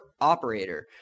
operator